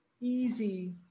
easy